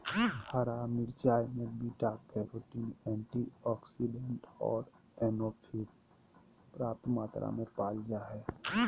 हरा मिरचाय में बीटा कैरोटीन, एंटीऑक्सीडेंट आरो एंडोर्फिन पर्याप्त मात्रा में पाल जा हइ